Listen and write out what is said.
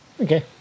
Okay